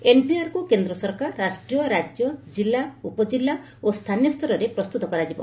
ଏନପିଆରକୁ କେନ୍ଦ୍ ସରକାର ରାଷ୍ଟ୍ରୀୟ ରାଜ୍ୟ ଜିଲ୍ଲା ଉପଜିଲ୍ଲା ଓ ସ୍ରାନୀୟ ସରରେ ପ୍ରସ୍ତୁତ କରାଯିବ